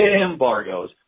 embargoes